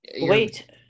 Wait